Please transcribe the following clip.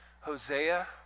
Hosea